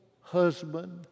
husband